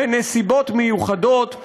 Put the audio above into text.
בנסיבות מיוחדות,